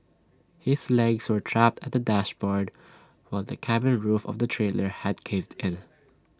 his legs were trapped at the dashboard while the cabin roof of the trailer had caved in